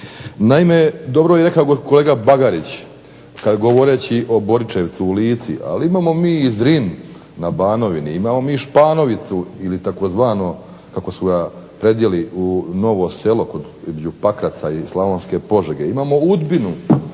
Naime, dobro je rekao kolega BAgarić govoreći o Boričevcu na Lici ali imamo mi i Zrin na Banovini, imamo mi Španovicu kako su ga predvidjeli novo selo između Pakraca i slavonske Požege, imamo Udbinu